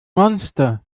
monster